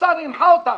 השר הנחה אותם: